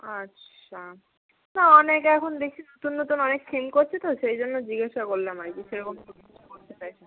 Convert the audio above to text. আচ্ছা না অনেকে এখন দেখছি নতুন নতুন অনেক থিম করছে তো সেই জন্য জিজ্ঞাসা করলাম আর কি সেরকম করতে চাইছেন